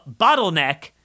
bottleneck